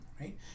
right